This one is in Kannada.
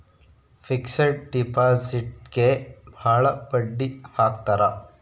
ಫಿಕ್ಸೆಡ್ ಡಿಪಾಸಿಟ್ಗೆ ಭಾಳ ಬಡ್ಡಿ ಹಾಕ್ತರ